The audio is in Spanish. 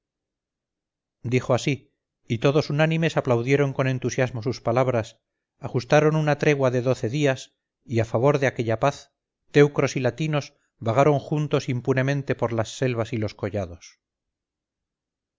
dijo así y todos unánimes aplaudieron con entusiasmo sus palabras ajustaron una tregua de doce días y a favor de aquella paz teucros y latinos vagaron juntos impunemente por las selvas y los collados